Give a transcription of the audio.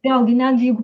vėlgi netgi jeigu